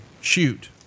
shoot